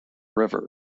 river